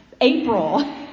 April